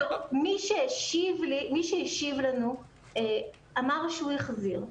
מי שהשיב לנו אמר שהוא החזיר.